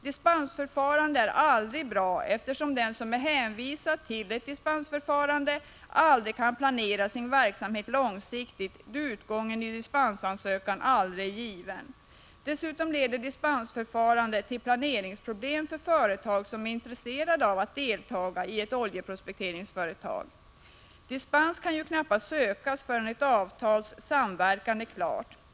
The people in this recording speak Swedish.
Dispensförfaranden är aldrig bra, eftersom den som är hänvisad till ett sådant förfarande aldrig kan planera sin verksamhet långsiktigt då utgången i en dispensansökan aldrig är given. Dessutom leder dispensförfarande till planeringsproblem för företag som är intresserade av att t.ex. deltaga i ett oljeprospekteringsföretag. Dispens kan ju knappast sökas förrän ett avtal om samverkan är klart.